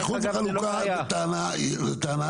באיחוד וחלוקה זה טענה טובה,